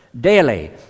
daily